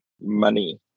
money